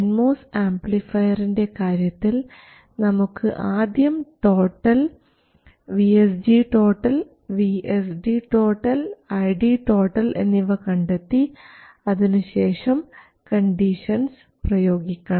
N MOS ആംപ്ലിഫയറിൻറെ കാര്യത്തിൽ നമുക്ക് ആദ്യം ടോട്ടൽ VSG VSD ID എന്നിവ കണ്ടെത്തി അതിനുശേഷം കണ്ടീഷൻസ് പ്രയോഗിക്കണം